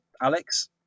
Alex